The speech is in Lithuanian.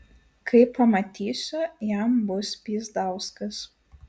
kai pamatysiu jam bus pyzdauskas